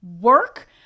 work